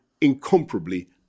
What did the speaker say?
incomparably